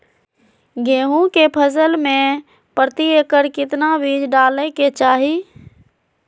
गेहूं के फसल में प्रति एकड़ कितना बीज डाले के चाहि?